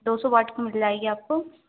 दो सौ वाट कि मिल जाएगी आपको